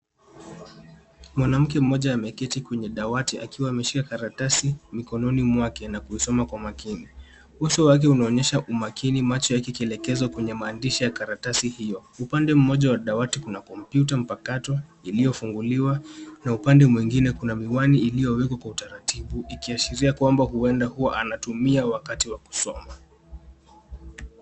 Mwanamke mmoja ameketi kwenye dawati akiwa ameshika karatasi mikononi mwake na kuisoma kwa makini. Uso wake unaonyesha umakini macho yake yakielekezwa kwenye maandishi ya karatasi hiyo. Upande mmoja wa dawati kuna kompyuta mpakato iliyofunguliwa na upande mwingine kuna miwani iliyowekwa kwa utaratibu ikiashiria kwamba huenda huwa anatumia wakati wa kusoma.